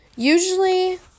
Usually